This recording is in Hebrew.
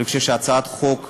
אני חושב שהצעת החוק נחוצה.